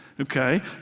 Okay